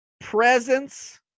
presence